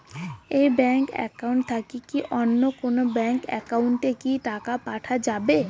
এই bank account থাকি কি অন্য কোনো ব্যাংক একাউন্ট এ কি টাকা পাঠা যাবে?